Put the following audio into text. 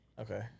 okay